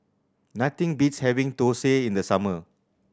nothing beats having dosa in the summer